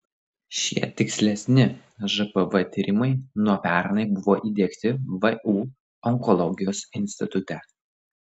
šie tikslesni žpv tyrimai nuo pernai buvo įdiegti vu onkologijos institute